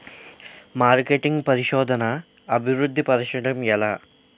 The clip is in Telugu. మార్కెటింగ్ పరిశోధనదా అభివృద్ధి పరచడం ఎలా